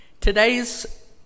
Today's